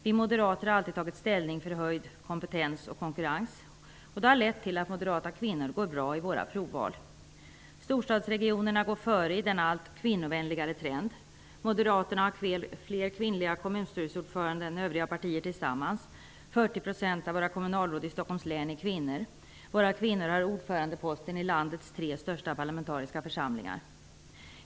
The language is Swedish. Vi moderater har alltid tagit ställning för höjd kompetens och konkurrens. Det har lett till att moderata kvinnor går bra i våra provval. Storstadsregionerna går före i denna allt kvinnovänligare trend. Moderaterna har fler kvinnliga kommunstyrelseordförande än övriga partier tillsammans. 40 % av våra kommunalråd i Stockholms län är kvinnor. Våra kvinnor har ordförandeposten i landets tre största parlamentariska församlingar.